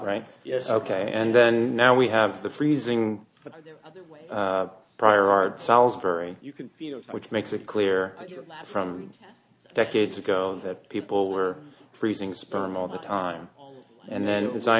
right yes ok and then now we have the freezing of prior art salisbury you can feel it which makes it clear from decades ago that people were freezing sperm all the time and then